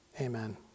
Amen